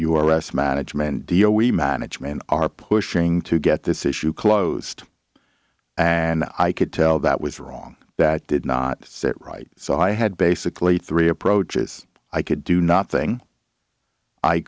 us management deal we management are pushing to get this issue closed and i could tell that was wrong that did not sit right so i had basically three approaches i could do nothing i